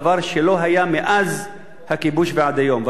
דבר שלא היה מאז הכיבוש ועד היום.